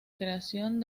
creación